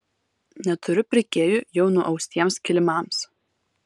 neturiu pirkėjų jau nuaustiems kilimams